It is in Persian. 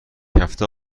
هفته